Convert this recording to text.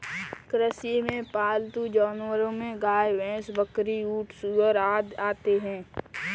कृषि में पालतू जानवरो में गाय, भैंस, बकरी, ऊँट, सूअर आदि आते है